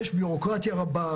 יש ביורוקרטיה רבה,